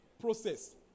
process